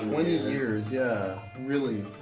years, yeah. really.